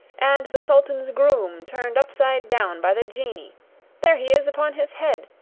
and the sultan's groom turned upside down by the genii there he is upon his head!